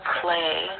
play